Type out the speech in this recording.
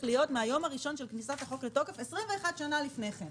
להיות מהיום הראשון של כניסת החוק לתוקף 21 שנה לפני כן.